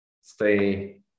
stay